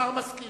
השר מסכים.